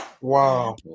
Wow